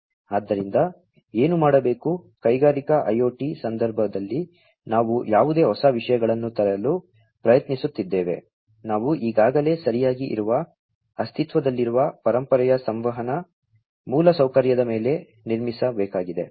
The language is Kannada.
ಆದ್ದರಿಂದ ಏನು ಮಾಡಬೇಕು ಕೈಗಾರಿಕಾ IoT ಸಂದರ್ಭದಲ್ಲಿ ನಾವು ಯಾವುದೇ ಹೊಸ ವಿಷಯಗಳನ್ನು ತರಲು ಪ್ರಯತ್ನಿಸುತ್ತಿದ್ದೇವೆ ನಾವು ಈಗಾಗಲೇ ಸರಿಯಾಗಿ ಇರುವ ಅಸ್ತಿತ್ವದಲ್ಲಿರುವ ಪರಂಪರೆಯ ಸಂವಹನ ಮೂಲಸೌಕರ್ಯದ ಮೇಲೆ ನಿರ್ಮಿಸಬೇಕಾಗಿದೆ